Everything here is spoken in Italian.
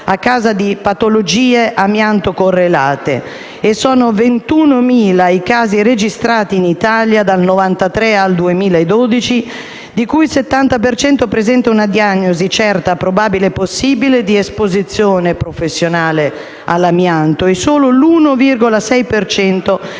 a causa di patologie amianto-correlate e sono 21.000 i casi registrati in Italia dal 1993 al 2012, di cui il 70 per cento presenta una diagnosi certa, probabile o possibile di esposizione professionale all'amianto, e solo l'1,6